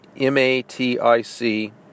M-A-T-I-C